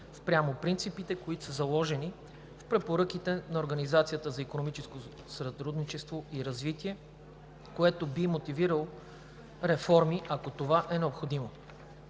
спрямо принципите, които са заложени в препоръките на Организацията за икономическо сътрудничество и развитие, което би мотивирало реформи, ако това е необходимо.